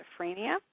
schizophrenia